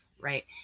right